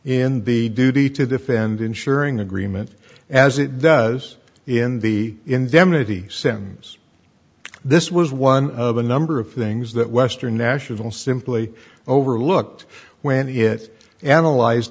in the duty to defend ensuring agreement as it does in the indemnity sen's this was one of a number of things that western national simply overlooked when it analyze